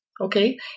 Okay